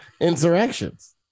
insurrections